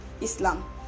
Islam